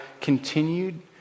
continued